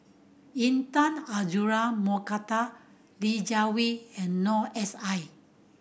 Intan Azura Mokhtar Li Jiawei and Noor S I